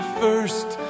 first